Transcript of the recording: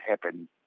happen